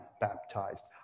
baptized